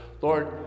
Lord